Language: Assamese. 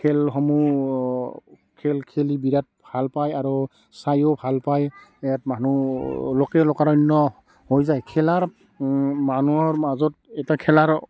খেলসমূহ খেল খেলি বিৰাট ভাল পায় আৰু চায়ো ভাল পায় ইয়াত মানুহ লোকে লোকাৰণ্য হৈ যায় খেলাৰ মানুহৰ মাজত এটা খেলাৰ